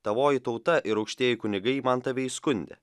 tavoji tauta ir aukštieji kunigai man tave įskundė